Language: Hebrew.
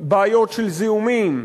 בעיות של זיהומים,